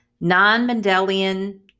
Non-Mendelian